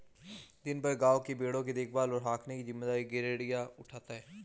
दिन भर गाँव के भेंड़ों की देखभाल और हाँकने की जिम्मेदारी गरेड़िया उठाता है